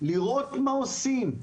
לראות מה עושים,